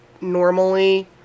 normally